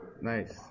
Nice